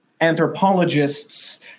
anthropologists